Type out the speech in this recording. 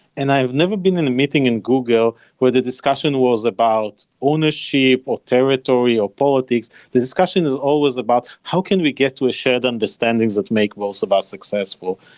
and i have never been in a meeting in google where the discussion was about ownership, or territory, or politics. the discussion is always about, how can we get to a shared understandings that make both of us successful?